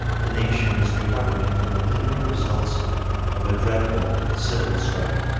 the nation is recovering from the lingering results of a dreadful civil strife.